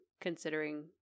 considering